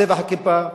צבע הכיפה,